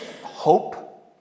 hope